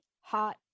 hot